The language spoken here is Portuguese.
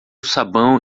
sabão